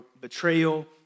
betrayal